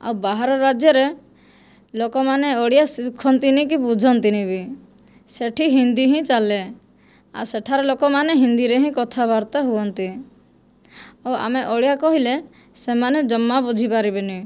ଆଉ ବାହାର ରାଜ୍ୟରେ ଲୋକମାନେ ଓଡ଼ିଆ ଶିଖନ୍ତିନିକି ବୁଝନ୍ତିନି ବି ସେଠି ହିନ୍ଦି ହିଁ ଚାଲେ ଆଉ ସେଠାରେ ଲୋକମାନେ ହିନ୍ଦିରେ ହିଁ କଥାବାର୍ତ୍ତା ହୁଅନ୍ତି ଓ ଆମେ ଓଡ଼ିଆ କହିଲେ ସେମାନେ ଯମା ବୁଝିପାରିବେନି